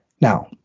Now